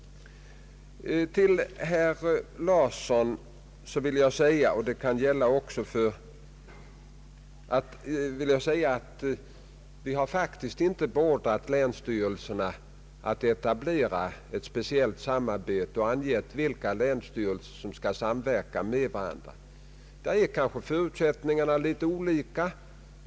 Till herr Thorsten Larsson vill jag säga att vi faktiskt inte har beordrat länsstyrelserna att etablera ett speciellt samarbete och angivit vilka länsstyrelser som skall samverka med varandra. Förutsättningarna är kanske litet olika.